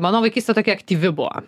mano vaikystė tokia aktyvi buvo